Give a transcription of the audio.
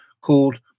called